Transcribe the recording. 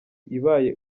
ibaye